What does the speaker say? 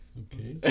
okay